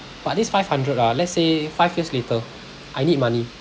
but this five hundred ah let's say five years later I need money